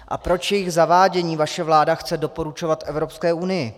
A proč jejich zavádění vaše vláda chce doporučovat Evropské unii?